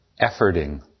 efforting